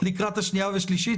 -- לקראת השנייה והשלישית,